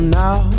now